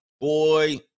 boy